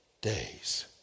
days